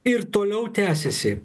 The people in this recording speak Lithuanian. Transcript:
ir toliau tęsiasi